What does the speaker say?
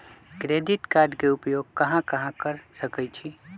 Credit card के उपयोग कहां कहां कर सकईछी?